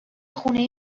خونه